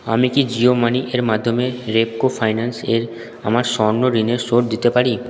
আমি কি জিও মানিয়ের মাধ্যমে রেপকো ফাইন্যান্সের আমার স্বর্ণ ঋণের শোধ দিতে পারি